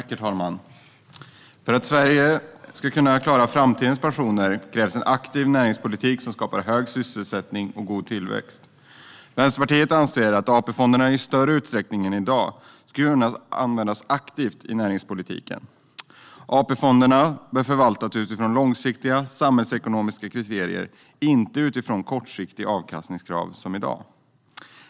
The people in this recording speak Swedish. Herr talman! Fo ̈r att Sverige ska kunna klara framtidens pensioner kra ̈vs en aktiv na ̈ringspolitik som skapar ho ̈g sysselsättning och god tillva ̈xt. Va ̈nsterpartiet anser att AP-fonderna i sto ̈rre utstra ̈ckning a ̈n i dag aktivt ska användas i na ̈ringspolitiken. AP-fonderna bo ̈r fo ̈rvaltas utifra°n la°ngsiktiga samha ̈llsekonomiska kriterier, inte utifra°n kortsiktiga avkastningskrav som i dag.